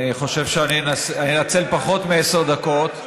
אני חושב שאני אנצל פחות מעשר דקות,